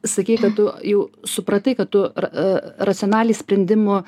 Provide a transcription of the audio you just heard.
sakei kad tu jau supratai kad tu ra racionaliai sprendimo